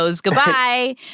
Goodbye